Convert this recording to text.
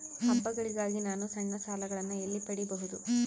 ಹಬ್ಬಗಳಿಗಾಗಿ ನಾನು ಸಣ್ಣ ಸಾಲಗಳನ್ನು ಎಲ್ಲಿ ಪಡಿಬಹುದು?